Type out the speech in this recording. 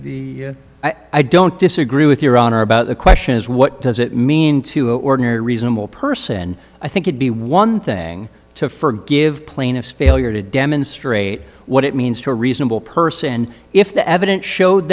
the i don't disagree with your honor about the question is what does it mean to ordinary reasonable person i think it be one thing to forgive plaintiff's failure to demonstrate what it means to a reasonable person if the evidence showed